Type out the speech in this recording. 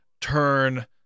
turn